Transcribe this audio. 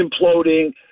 imploding